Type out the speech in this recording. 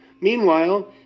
meanwhile